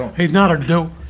he's not a dope,